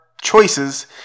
choices